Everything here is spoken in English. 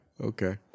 Okay